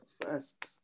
first